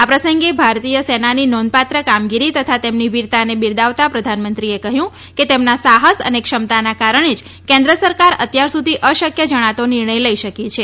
આ પ્રસંગે ભારતીય સેનાની નોંધપાત્ર કામગીરી તથા તેમની વીરતાને બિરદાવતા પ્રધાનમંત્રીએ કહ્યું કે તેમના સાહસ અને ક્ષમતાના કારણે જ કેન્દ્ર સરકાર અત્યાર સુધી અશક્ય જણાતો નિર્ણય લઈ શકી છે